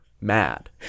Mad